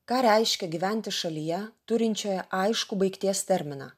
ką reiškia gyventi šalyje turinčioje aiškų baigties terminą